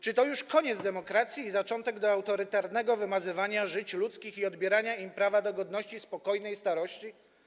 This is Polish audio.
Czy to już koniec demokracji i zaczątek autorytarnego wymazywania żyć ludzkich i odbierania ludziom prawa do godności, spokojnej starości?